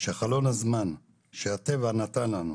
שחלון הזמן שהטבע נתן לנו